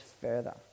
further